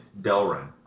Delrin